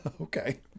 Okay